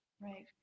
Right